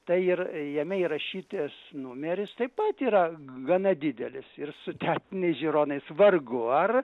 tai ir jame įrašytas numeris taip pat yra gana didelis ir su teatriniais žiūronais vargu ar